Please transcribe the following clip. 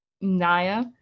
Naya